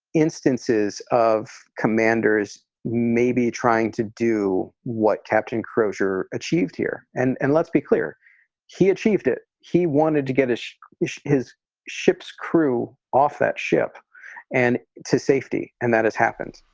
instances of commanders may be trying to do what captain crozier achieved here. and and let's be clear he achieved it. he wanted to get his ship's crew off that ship and to safety and that has happened.